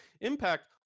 Impact